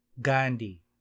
Gandhi